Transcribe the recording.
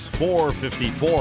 454